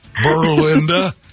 Berlinda